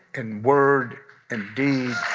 in word and deed.